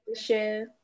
share